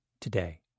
today